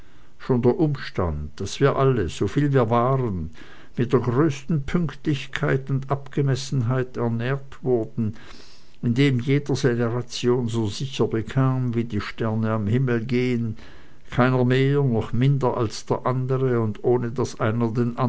schon der umstand daß wir alle so viel wir waren mit der größten pünktlichkeit und abgemessenheit ernährt wurden indem jeder seine ration so sicher bekam wie die sterne am himmel gehen keiner mehr noch minder als der andre und ohne daß einer den